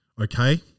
okay